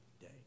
day